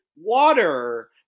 water